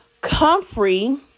comfrey